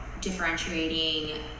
Differentiating